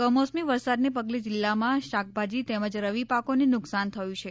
કમોસમી વરસાદના પગલે જિલ્લામાં શાકભાજી તેમજ રવિ પાકોને નુકસાન થયું છે